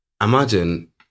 imagine